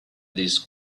these